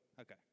Okay